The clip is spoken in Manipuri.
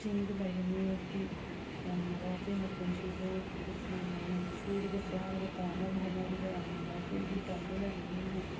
ꯆꯤꯡꯗ ꯂꯩꯕ ꯃꯤꯗꯤ ꯌꯥꯝꯅ ꯋꯥꯖꯩ ꯃꯄꯨꯟꯁꯤꯗꯣ ꯑꯩꯈꯣꯏꯒꯤ ꯅꯣꯡꯃꯒꯤ ꯁꯨꯔꯒ ꯆꯥꯔꯒ ꯇꯥꯟꯅꯕ ꯍꯣꯠꯅꯕꯗ ꯌꯥꯝꯅ ꯋꯥꯖꯩ ꯑꯗꯨ ꯇꯝꯗ ꯂꯩꯕ ꯃꯤꯅ